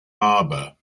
harbor